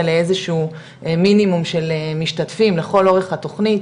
לאיזשהו מינימום של משתתפים לכל אורך התוכנית,